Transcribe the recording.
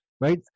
right